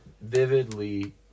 vividly